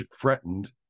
threatened